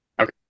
Okay